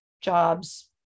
jobs